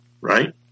Right